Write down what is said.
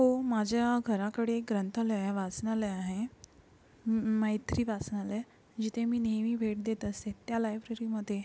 हो माझ्या घराकडे एक ग्रंथालय आहे वाचनालय आहे मैत्री वाचनालय जिथे मी नेहमी भेट देत असे त्या लायब्ररीमध्ये